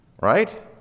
Right